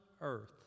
earth